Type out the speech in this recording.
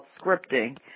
scripting